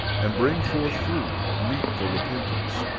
and bring forth fruit meet for repentance,